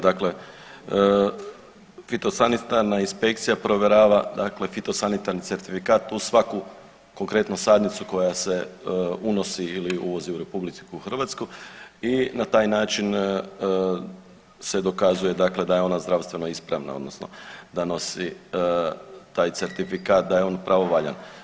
Dakle, fitosanitarna inspekcija provjerava dakle fitosanitarni certifikat plus svaku konkretnu sadnicu koja se unosi ili uvozi u RH i na taj način se dokazuje da je ona zdravstveno ispravna odnosno da nosi taj certifikat da je on pravovaljan.